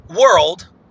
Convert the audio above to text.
world